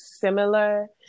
similar